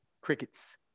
Crickets